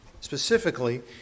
specifically